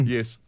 Yes